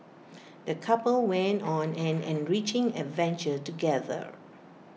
the couple went on an enriching adventure together